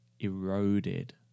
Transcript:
eroded